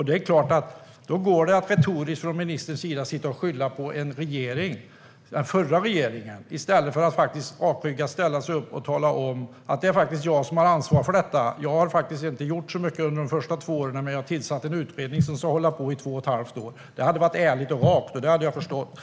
Det är klart att ministern retoriskt kan sitta och skylla på den förra regeringen i stället för att rakryggat ställa sig upp och säga: Det är jag som har ansvar för detta. Jag har faktiskt inte gjort så mycket under de första två åren, men jag har tillsatt en utredning som ska hålla på i två och ett halvt år. Detta hade varit ärligt och rakt, och jag hade förstått det.